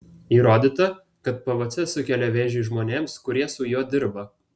įrodyta kad pvc sukelia vėžį žmonėms kurie su juo dirba